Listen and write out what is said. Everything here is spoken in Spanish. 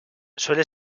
suele